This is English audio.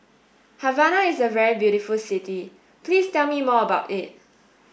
Havana is a very beautiful city please tell me more about it